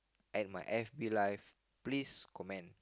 at my FB life please comment